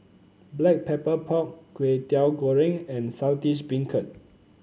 Black Pepper Pork Kwetiau Goreng and Saltish Beancurd